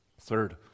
Third